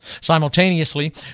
Simultaneously